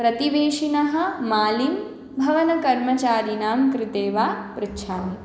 प्रतिवेशिनः मालिं भवनकर्मचारिनां कृते वा पृच्छामि